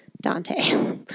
Dante